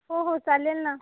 हो हो चालेल ना